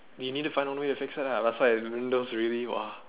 you need to find one way to fix it ah that's why windows really !wah!